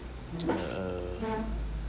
uh